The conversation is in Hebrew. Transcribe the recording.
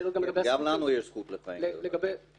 גם לנו יש זכות לחיים, לא רק להם.